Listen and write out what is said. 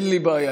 אין לי בעיה,